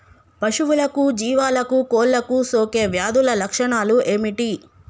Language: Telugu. పశువులకు జీవాలకు కోళ్ళకు సోకే వ్యాధుల లక్షణాలు ఏమిటి?